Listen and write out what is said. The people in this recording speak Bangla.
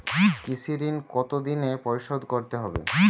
কৃষি ঋণ কতোদিনে পরিশোধ করতে হবে?